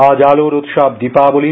আজ আলোর উৎসব দীপাবলি